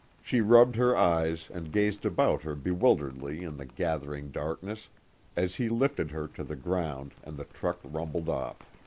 she rubbed her eyes and gazed about her bewilderedly in the gathering darkness as he lifted her to the ground and the truck rumbled off.